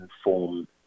inform